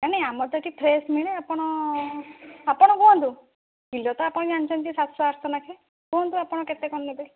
ନାଇଁ ଆମର ତ ଏଠି ଫ୍ରେସ୍ ମିଳେ ଆପଣ ଆପଣ କୁହନ୍ତୁ କିଲୋ ତ ଆପଣ ଜାଣିଛନ୍ତି ସାତଶହ ଆଠଶହ ଲେଖେ କୁହନ୍ତୁ ଆପଣ କେତେ କଣ ନେବେ